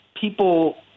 people